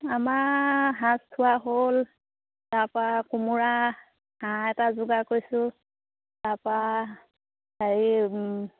আমাৰ সাঁজ থোৱা হ'ল তাৰ পৰা কোমোৰা হাঁহ এটা যোগাৰ কৰিছোঁ তাৰ পৰা হেৰি